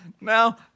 Now